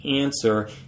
answer